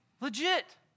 Legit